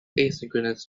asynchronous